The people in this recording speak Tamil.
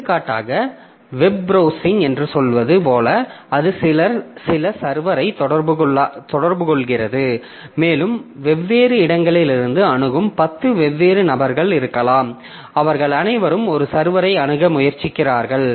எடுத்துக்காட்டாக வெப் ப்ரௌசிங் என்று சொல்வது போல அது சில சர்வரை தொடர்புகொள்கிறது மேலும் வெவ்வேறு இடங்களிலிருந்து அணுகும் 10 வெவ்வேறு நபர்கள் இருக்கலாம் அவர்கள் அனைவரும் ஒரு சர்வரை அணுக முயற்சிக்கிறார்கள்